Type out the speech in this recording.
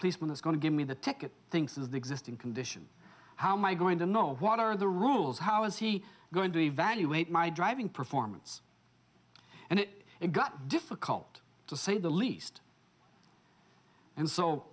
policeman is going to give me the ticket things is the existing condition how my going to know what are the rules how is he going to evaluate my driving performance and it it got difficult to say the least and so